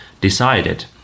decided